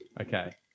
Okay